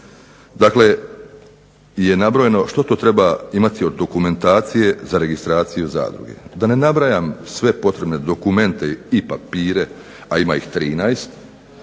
dakle je nabrojeno što to treba imati od dokumentacije za registraciju zadruge. Da ne nabrajam sve potrebne dokumente i papire, a ima ih 13